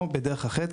או בדרך אחרת,